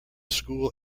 school